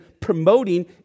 promoting